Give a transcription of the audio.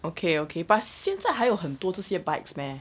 okay okay but 现在还有很多这些 bikes meh